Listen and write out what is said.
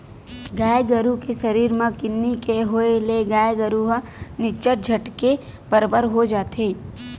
गाय गरु के सरीर म किन्नी के होय ले गाय गरु ह निच्चट झटके बरोबर हो जाथे